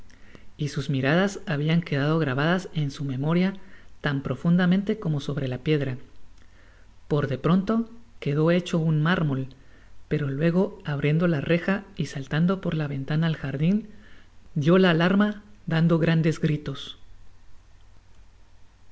y sus miradas habian quedado grabadas en su memoria tan profundamente como sobre la piedra por de pronto quedó hecho un mármol pero luego abriendo la reja y saltando por la ventana al jardin dió la alarma dando grandes gritos